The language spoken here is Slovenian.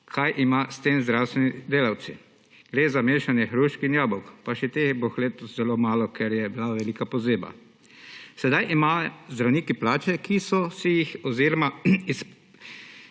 Kaj ima s tem zdravstveni delavci? Gre za mešanje hrušk in jabolk, pa še teh bo letos zelo malo, ker je bila velika pozeba. Sedaj imajo zdravniki plači, ki so jih vedno